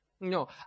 No